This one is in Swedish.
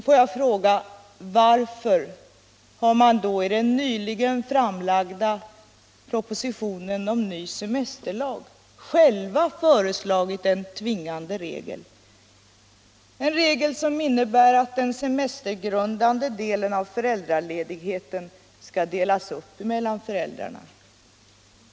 Får jag då fråga varför regeringen själv i den nyligen framlagda propositionen om ny semesterlag har föreslagit en tvingande regel, en regel som innebär att den semestergrundande delen av föräldraledigheten skall delas upp mellan föräldrarna?